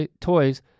toys